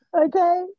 Okay